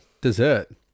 dessert